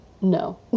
no